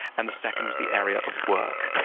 and the second was the area of work.